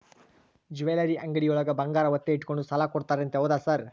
Jewellery ಅಂಗಡಿಯೊಳಗ ಬಂಗಾರ ಒತ್ತೆ ಇಟ್ಕೊಂಡು ಸಾಲ ಕೊಡ್ತಾರಂತೆ ಹೌದಾ ಸರ್?